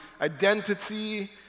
identity